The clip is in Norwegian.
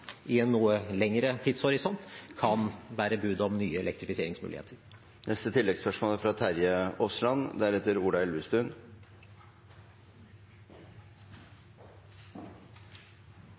i en noe lengre tidshorisont, kan bære bud om nye elektrifiseringsmuligheter. Terje Aasland – til oppfølgingsspørsmål. Aller først er